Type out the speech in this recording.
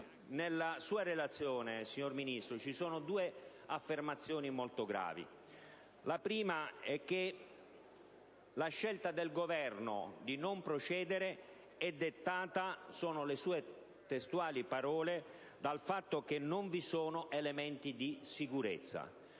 nella sua relazione, signor Ministro, ci sono due affermazioni molto gravi. La prima è che la scelta del Governo di non procedere è dettata - sono sue testuali parole - «dal fatto che non vi sono elementi di sicurezza».